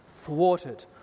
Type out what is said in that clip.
thwarted